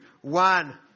one